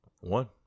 One